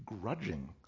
grudging